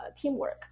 teamwork